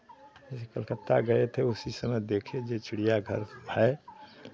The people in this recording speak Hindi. कलकत्ता गए थे उसी समय देखे जो चिड़ियाघर है